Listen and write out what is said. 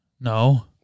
No